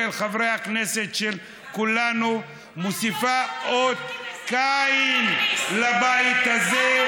חברי הכנסת של כולנו מוסיפה אות קין לבית הזה,